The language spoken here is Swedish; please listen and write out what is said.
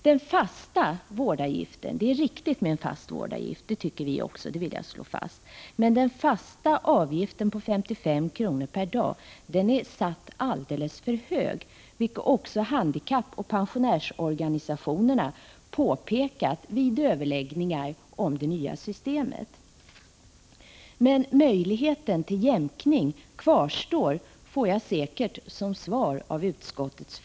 Den fasta vårdavgiften — jag vill slå fast att även vi tycker att det är riktigt att vi har en sådan — om 55 kr. per dag är alldeles för hög, vilket också handikappoch pensionärsorganisationerna har påpekat vid överläggningar om det nya systemet. Utskottets företrädare svarar säkert att möjligheten till jämkning kvarstår.